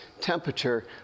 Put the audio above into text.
temperature